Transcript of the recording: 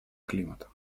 климата